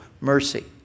mercy